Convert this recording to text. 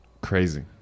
Crazy